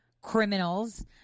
criminals